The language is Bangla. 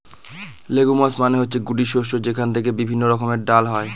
লেগুমস মানে হচ্ছে গুটি শস্য যেখান থেকে বিভিন্ন রকমের ডাল হয়